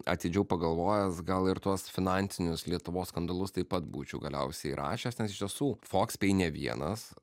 atidžiau pagalvojęs gal ir tuos finansinius lietuvos skandalus taip pat būčiau galiausiai įrašęs nes iš tiesų fokspei ne vienas